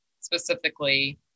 specifically